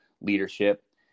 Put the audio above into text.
leadership